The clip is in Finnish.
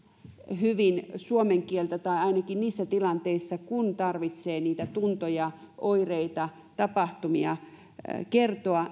hyvin suomen kieltä ja ainakin niissä tilanteissa kun tarvitsee niitä tuntoja oireita ja tapahtumia kertoa